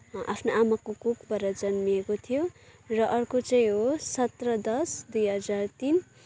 आफ्नो आमाको कोखबाट जन्मिएको थियो र अर्को चाहिँ सत्र दस दुई हजार तिन